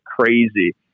crazy